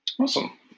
Awesome